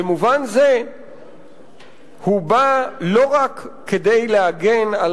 במובן זה הוא בא לא רק כדי להגן על